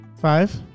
Five